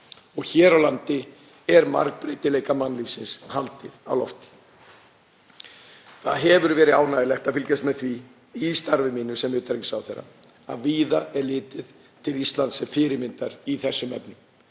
Og hér á landi er margbreytileika mannlífsins haldið á lofti. Það hefur verið ánægjulegt að fylgjast með því í starfi mínu sem utanríkisráðherra að víða er litið til Íslands sem fyrirmyndar í þessum efnum.